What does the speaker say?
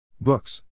Books